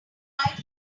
cried